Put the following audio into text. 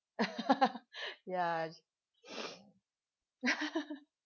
ya